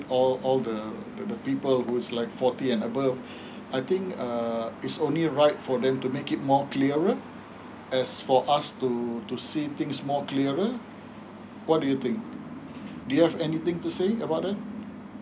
all all the people who is like forty and above I think uh it's only right for them to make it more clearer as for us to to see things more clearer what do you think do you have anything to saying about that